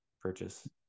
purchase